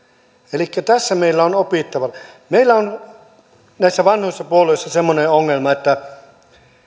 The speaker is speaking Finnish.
elikkä tässä meillä on opittavaa meillä on näissä vanhoissa puolueissa semmoinen ongelma että